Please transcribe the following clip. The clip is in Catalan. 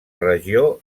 regió